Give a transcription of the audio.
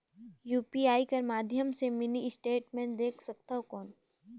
UPI कर माध्यम से मिनी स्टेटमेंट देख सकथव कौन?